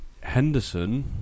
Henderson